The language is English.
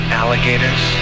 alligators